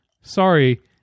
Sorry